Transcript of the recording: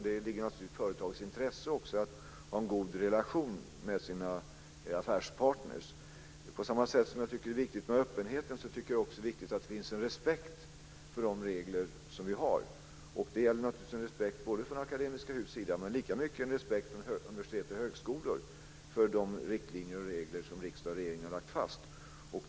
Det ligger naturligtvis också i företagets intresse att ha en god relation med sina affärspartner. På samma sätt som jag tycker att det är viktigt med öppenheten tycker jag också att det är viktigt att det finns respekt för de regler som vi har. Det gäller naturligtvis respekten på Akademiska Hus-sidan, men lika mycket respekten från universitet och högskolor för de riktlinjer och regler som riksdag och regering har lagt fast.